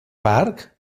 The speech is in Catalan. parc